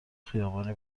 خیابانی